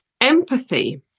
Empathy